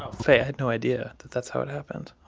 ah faye, i had no idea that that's how it happened.